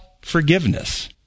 forgiveness